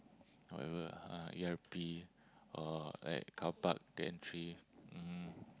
whatever ah uh e_r_p or like carpark gantry um